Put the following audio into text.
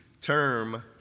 term